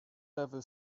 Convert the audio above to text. level